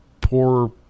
poor